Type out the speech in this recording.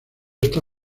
esta